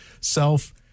Self